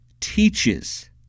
teaches